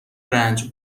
رنج